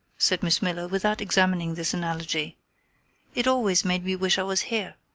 said miss miller without examining this analogy it always made me wish i was here.